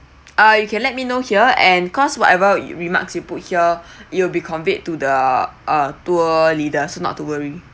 uh you can let me know here and cause whatever remarks you put here you'll be conveyed to the uh tour leader so not to worry